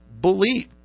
believe